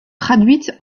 traduite